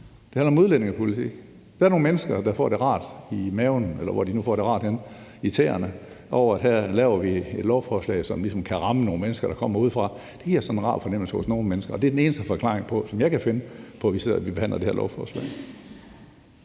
det handler om udlændingepolitik. Der er nogle mennesker, der får det rart i maven, eller hvor de nu får det rart henne, i tæerne, over, at her laver vi et lovforslag, som ligesom kan ramme nogle mennesker, der kommer udefra. Det giver sådan en rar fornemmelse hos nogle mennesker, og det er den eneste forklaring, som jeg kan finde, på, at vi sidder og behandler det her lovforslag.